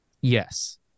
Yes